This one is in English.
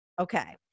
okay